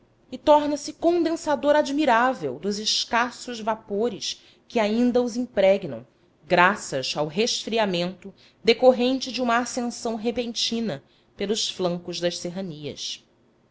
e torna-se condensador admirável dos escassos vapores que ainda os impregnam graças ao resfriamento decorrente de uma ascensão repentina pelos flancos das serranias